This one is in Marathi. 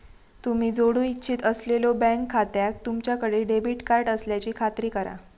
तुम्ही जोडू इच्छित असलेल्यो बँक खात्याक तुमच्याकडे डेबिट कार्ड असल्याची खात्री करा